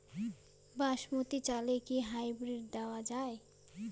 বাসমতী চালে কি হাইব্রিড দেওয়া য়ায়?